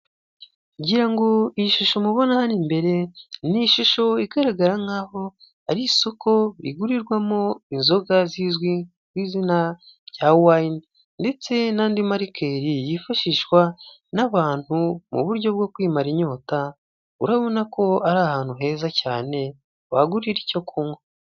Ngira ngo iyi shusho mubona hano imbere ni ishusho igaragara nk'aho ari isoko rigurirwamo inzoga zizwi ku izina rya wayini, ndetse n'andi marikeri yifashishwa n'abantu mu buryo bwo kwimara inyota. Urabona ko ari ahantu heza cyane wagurira icyo kunywa.